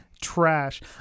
trash